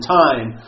time